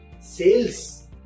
sales